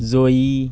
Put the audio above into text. জয়ী